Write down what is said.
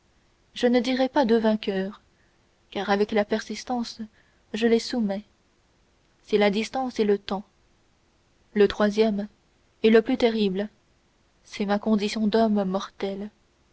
je ne dirai pas deux vainqueurs car avec la persistance je les soumets c'est la distance et le temps le troisième et le plus terrible c'est ma condition d'homme